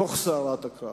בתוך סערת הקרב.